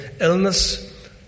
illness